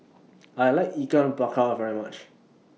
I like Ikan Bakar very much